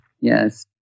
Yes